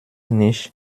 nicht